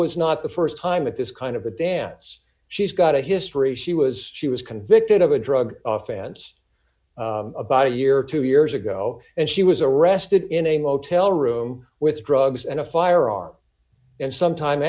was not the st time that this kind of a dance she's got a history she was she was convicted of a drug offense about a year two years ago and she was arrested in a motel room with drugs and a firearm and sometime